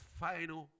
final